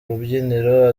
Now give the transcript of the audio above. rubyiniro